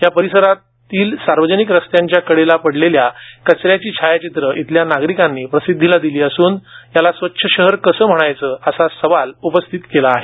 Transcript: या परिसरातील सार्वजनिक रस्त्यांच्या कडेला पडलेल्या कचऱ्याची छायाचित्रही इथल्या नागरिकांनी प्रसिद्धीला दिली असून याला स्वच्छ शहर कसं म्हणायचं असा सवाल उपस्थित केला आहे